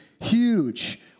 huge